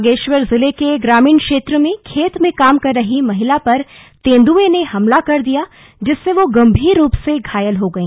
बागेश्वर जिले के ग्रामीण क्षेत्र में खेत में काम कर रही महिला पर तेंदुए ने हमला कर दिया जिससे वो गंभीर रूप से घायल हो गई